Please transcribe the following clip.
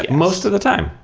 but most of the time.